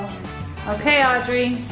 okay, audrey.